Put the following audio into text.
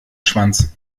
schwanz